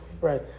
Right